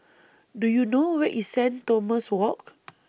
Do YOU know Where IS Saint Thomas Walk